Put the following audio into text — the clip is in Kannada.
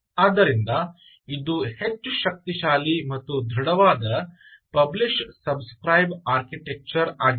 ಆದ್ದರಿಂದ ಇದು ಹೆಚ್ಚು ಶಕ್ತಿಶಾಲಿ ಮತ್ತು ದೃಢವಾದ ಪಬ್ಲಿಶ್ ಸಬ್ ಸ್ಕ್ರೈಬ ಆರ್ಕಿಟೆಕ್ಚರ್ ಆಗಿದೆ